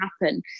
happen